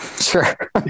Sure